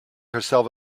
herself